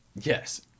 Yes